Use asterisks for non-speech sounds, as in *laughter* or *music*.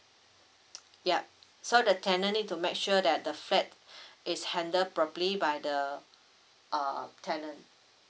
ya so the tenant need to make sure that the flat *breath* is handle properly by the uh tenant